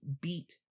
beat